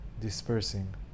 dispersing